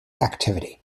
activity